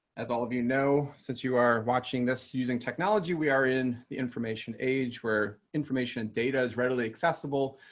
as all of you know, since you are watching this using technology, we are in the information age where information and data is readily accessible.